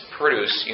produce